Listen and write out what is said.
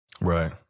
Right